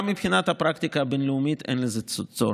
גם מבחינת הפרקטיקה הבין-לאומית אין בזה צורך.